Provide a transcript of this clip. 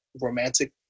romantic